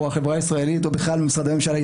החברה הישראלית או בכלל משרדי הממשלה,